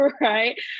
right